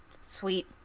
sweet